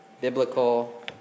biblical